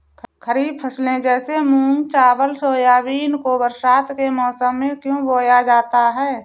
खरीफ फसले जैसे मूंग चावल सोयाबीन को बरसात के समय में क्यो बोया जाता है?